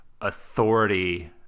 authority